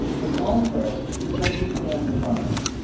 which also is completely undefined,